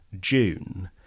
June